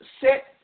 set